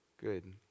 Good